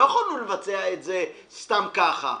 לא היינו יכולים לבצע את זה סתם ככה.